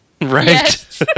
Right